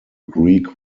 greek